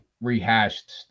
rehashed